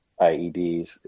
IEDs